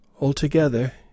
Altogether